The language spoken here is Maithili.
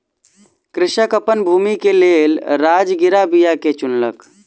कृषक अपन भूमि के लेल राजगिरा बीया के चुनलक